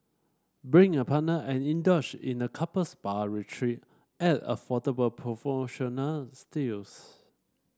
bring a partner and indulge in a couple spa retreat at affordable promotional steals